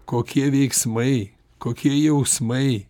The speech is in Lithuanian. kokie veiksmai kokie jausmai